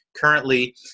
currently